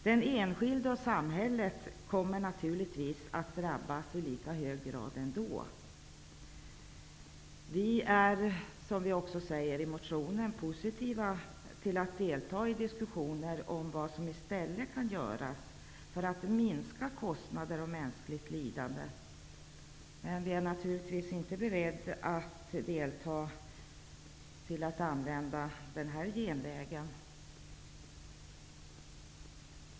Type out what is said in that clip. Den enskilde och samhället kommer naturligtvis att drabbas i lika hög grad ändå. Vi är, som vi också säger i motionen, positiva till att delta i diskussioner om vad som kan göras i stället för att minska kostnader och mänskligt lidande. Vi är naturligtvis inte beredda att medverka till att man använder den här genvägen.